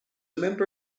member